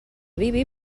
bibi